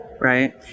right